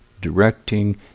directing